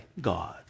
God